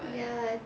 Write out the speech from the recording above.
ya